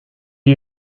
are